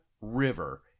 river